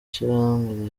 ishirahamwe